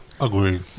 Agreed